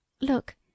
Look